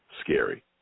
scary